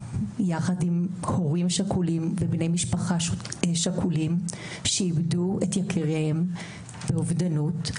יחד עם הורים שכולים ובני משפחה שכולים שאיבדו את יקיריהם באובדנות,